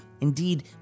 Indeed